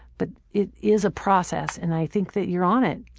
but it is a process. and i think that you're on it.